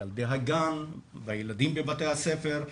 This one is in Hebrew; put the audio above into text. בילדי הגן, בילדים בבתי הספר,